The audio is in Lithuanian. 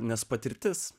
nes patirtis